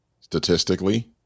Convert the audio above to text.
statistically